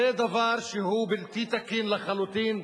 זה דבר שהוא בלתי תקין לחלוטין,